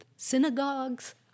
Synagogues